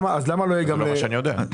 לא לפי מה שאני יודע.